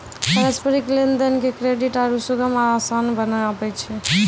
पारस्परिक लेन देन के क्रेडिट आरु सुगम आ असान बनाबै छै